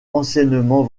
anciennement